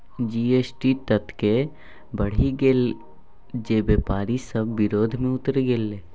GST ततेक बढ़ि गेल जे बेपारी सभ विरोध मे उतरि गेल